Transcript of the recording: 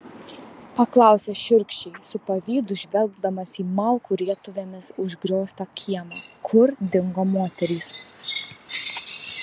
paklausė šiurkščiai su pavydu žvelgdamas į malkų rietuvėmis užgrioztą kiemą kur dingo moterys